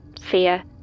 fear